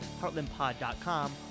heartlandpod.com